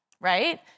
right